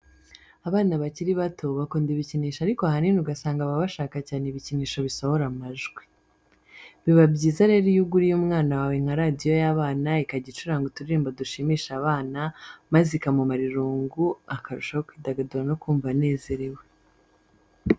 Abana bakiri bato bakunda ibikinisho ariko ahanini ugasanga baba bashaka cyane ibikinisho bisohora amajwi. Biba byiza rero iyo uguriye umwana wawe nka radiyo y'abana ikajya icuranga uturirimbo dushimisha abana maze ikamumara irungu akarushaho kwidagadura no kumva anezerewe.